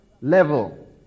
level